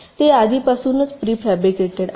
ते आधीपासून prefabricated आहेत